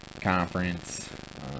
Conference